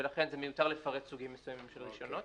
ולכן זה מיותר לפרט סוגים מסוימים של רישיונות.